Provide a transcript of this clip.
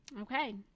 Okay